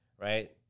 right